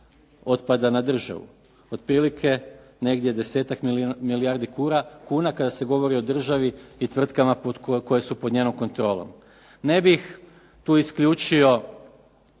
otpada na državu. Otprilike negdje desetak milijardi kuna kada se govori o državi i tvrtkama koje su pod njenom kontrolom. Ne bih tu isključio